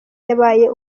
yabaye